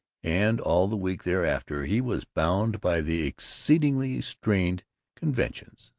and all the week thereafter he was bound by the exceedingly straitened conventions,